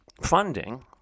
funding